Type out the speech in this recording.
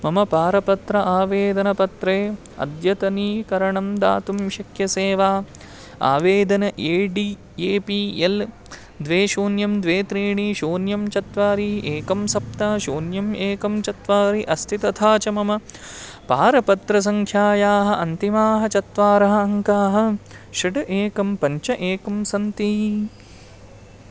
मम पारपत्रम् आवेदनपत्रे अद्यतनीकरणं दातुं शक्यसे वा आवेदनम् A D A P L द्वे शून्यं द्वे त्रीणि शून्यं चत्वारि एकं सप्त शून्यम् एकं चत्वारि अस्ति तथा च मम पारपत्रसङ्ख्यायाः अन्तिमाः चत्वारः अङ्काः षड् एकं पञ्च एकं सन्ति